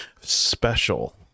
special